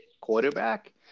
quarterback